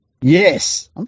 yes